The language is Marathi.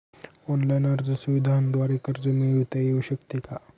ऑनलाईन अर्ज सुविधांद्वारे कर्ज मिळविता येऊ शकते का?